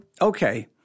Okay